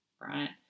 right